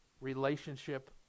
relationship